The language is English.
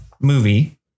movie